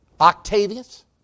Octavius